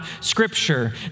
Scripture